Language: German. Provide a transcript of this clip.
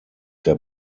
der